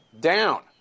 down